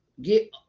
get